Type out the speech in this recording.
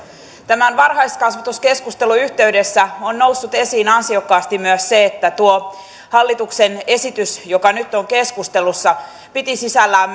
tämän varhaiskasvatuskeskustelun yhteydessä on noussut esiin ansiokkaasti myös se että tuo hallituksen esitys joka nyt on keskustelussa piti sisällään